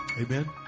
Amen